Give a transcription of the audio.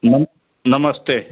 ma'am नमस्ते